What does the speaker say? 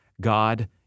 God